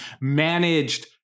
managed